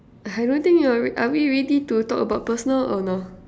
I don't think you're are we ready to talk about personal or no